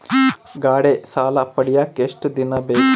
ಗಾಡೇ ಸಾಲ ಪಡಿಯಾಕ ಎಷ್ಟು ದಿನ ಬೇಕು?